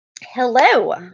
Hello